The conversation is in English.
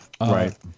Right